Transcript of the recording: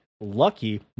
Lucky